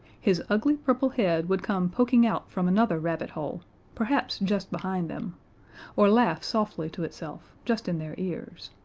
his ugly purple head would come poking out from another rabbit-hole perhaps just behind them or laugh softly to itself just in their ears.